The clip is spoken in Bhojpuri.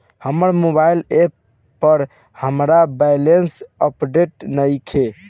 हमर मोबाइल ऐप पर हमर बैलेंस अपडेट नइखे